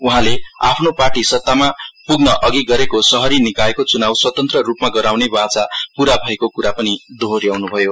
उहाँले आफ्नो पार्टी सत्तामा पुग्न अघि गरेको शहरी निकायको चुनाउ स्वतन्त्र रूपमा गराउने वाचा पूरा भएको कुरा पनि दोहोयाउनु भयो